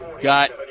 Got